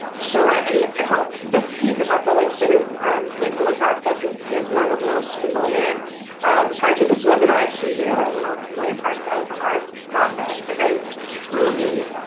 sure, and i hope this piece about the legislative stakeholder process is is one of the most familiar parts of this webinar to you and the most familiar parts of our process because, truly,